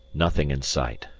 nothing in sight,